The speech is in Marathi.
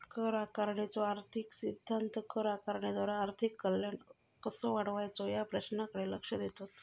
कर आकारणीचो आर्थिक सिद्धांत कर आकारणीद्वारा आर्थिक कल्याण कसो वाढवायचो या प्रश्नाकडे लक्ष देतत